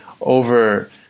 over